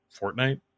Fortnite